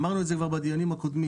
אמרנו את זה כבר בדיונים הקודמים,